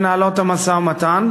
המשא-ומתן